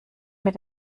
mit